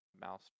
mouse